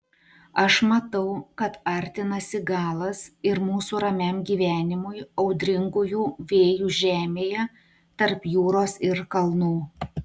aš matau kad artinasi galas ir mūsų ramiam gyvenimui audringųjų vėjų žemėje tarp jūros ir kalnų